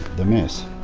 the mess.